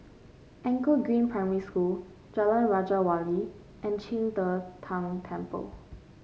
Anchor Green Primary School Jalan Raja Wali and Qing De Tang Temple